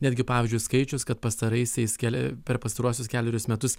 netgi pavyzdžiui skaičius kad pastaraisiais kelia per pastaruosius kelerius metus